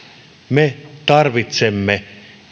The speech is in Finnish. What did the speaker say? me tarvitsemme